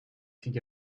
think